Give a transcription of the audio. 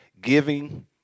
Giving